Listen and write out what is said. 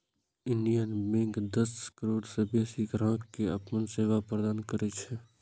Indian bank दस करोड़ सं बेसी ग्राहक कें अपन सेवा प्रदान करै छै